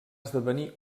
esdevenir